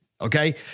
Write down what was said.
Okay